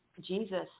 Jesus